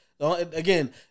Again